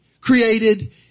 created